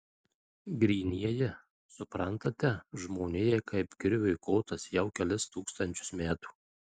grynieji suprantate žmonijai kaip kirviui kotas jau kelis tūkstančius metų